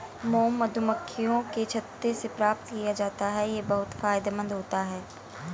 mom मधुमक्खियों के छत्ते से प्राप्त किया जाता है यह बहुत फायदेमंद होता है